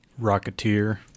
Rocketeer